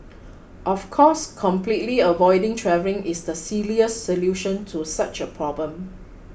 of course completely avoiding travelling is the silliest solution to such a problem